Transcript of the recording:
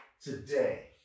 today